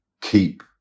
keep